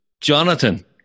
Jonathan